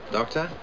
Doctor